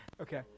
Okay